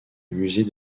musée